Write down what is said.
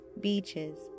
beaches